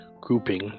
grouping